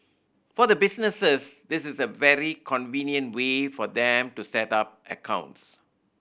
for the businesses this is a very convenient way for them to set up accounts